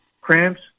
cramps